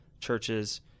churches